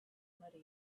muddy